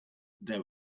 there